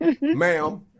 Ma'am